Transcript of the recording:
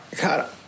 God